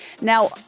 Now